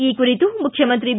ಈ ಕುರಿತು ಮುಖ್ಯಮಂತ್ರಿ ಬಿ